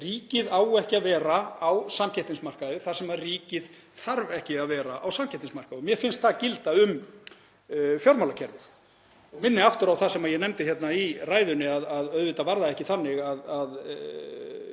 ríkið eigi ekki að vera á samkeppnismarkaði þar sem ríkið þarf ekki að vera á samkeppnismarkaði og mér finnst það gilda um fjármálakerfið. Ég minni aftur á það sem ég nefndi í ræðu minni að auðvitað var það ekki þannig að